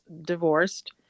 divorced